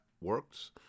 works